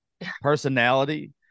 personality